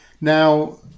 Now